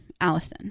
Allison